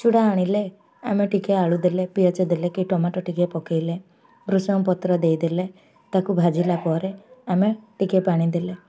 ଚୁଡ଼ା ଆଣିଲେ ଆମେ ଟିକେ ଆଳୁ ଦେଲେ ପିଆଜ ଦେଲେ କି ଟମାଟୋ ଟିକେ ପକେଇଲେ ଭୃଶଙ୍ଗ ପତ୍ର ଦେଇଦେଲେ ତାକୁ ଭାଜିଲା ପରେ ଆମେ ଟିକେ ପାଣି ଦେଲେ